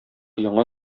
яңа